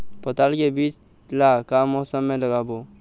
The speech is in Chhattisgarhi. पताल के बीज ला का मौसम मे लगाबो?